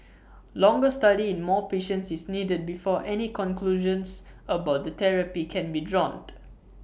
longer study in more patients is needed before any conclusions about the therapy can be drawn